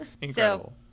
incredible